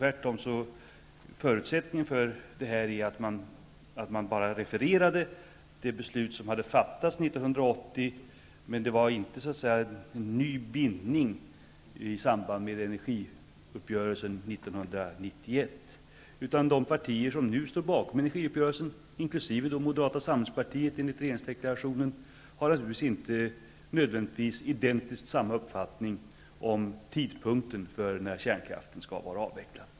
Tvärtom refererade man det beslut som hade fattats 1980, men det fanns inte någon ny bindning i samband med energiuppgörelsen 1991. De partier som nu står bakom energiuppgörelsen, inkl. Moderata samlingspartiet enligt regeringsdeklarationen, har nödvändigtvis inte identiskt lika uppfattning om tidpunkten för när kärnkraften skall vara avvecklad.